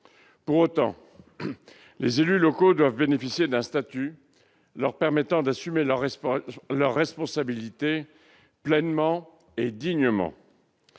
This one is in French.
profondeur. Les élus locaux doivent bénéficier d'un statut leur permettant d'assumer leurs responsabilités pleinement et dignement.